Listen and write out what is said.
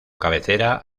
cabecera